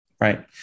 right